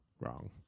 Wrong